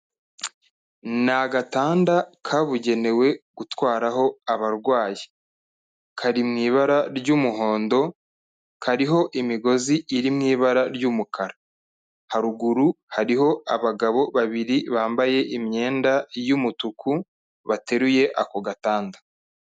Ni agatanda kabugenewe gutwaraho abarwayi. Kari mu ibara ry'umuhondo, kariho imigozi iri mu ibara ry'umukara. Haruguru hariho abagabo babiri bambaye imyenda y'umutuku, bateruye ako gatanda.